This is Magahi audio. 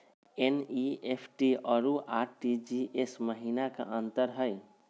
एन.ई.एफ.टी अरु आर.टी.जी.एस महिना का अंतर हई?